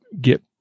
get